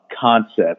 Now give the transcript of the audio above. concept